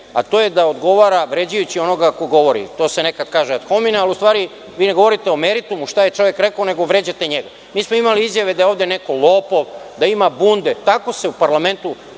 a to je da odgovara vređajući onoga ko govori. To se nekad kaže ad homine, a u stvari vi ne govorite o meritumu šta je čovek rekao nego vređate njega. Mi smo imali izjave da je ovde neko lopov, da ima bunde. Tako se u parlamentu